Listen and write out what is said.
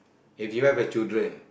if you have a children